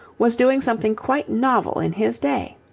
was doing something quite novel in his day.